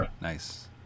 nice